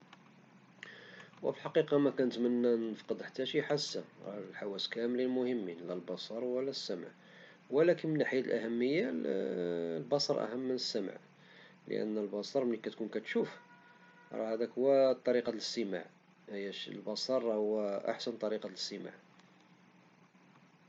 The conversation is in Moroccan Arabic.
وفي الحقيقة مكنتمنى نفقد حتى شي حاسة حيت كاملين مهمين لا البصر ولا السمع ولكن من الناحية الأهمية البصر أهم من السمع لأن البصر ملي كتكون كتشوف را هديك هي الطريقة ديال الاستماع، والبصر هو أحسن طريقة ديال الاستماع.